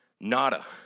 nada